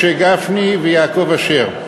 משה גפני ויעקב אשר.